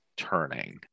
turning